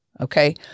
Okay